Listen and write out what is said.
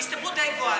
בהסתברות די גבוהה,